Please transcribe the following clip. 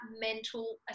mental